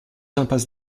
impasse